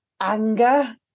anger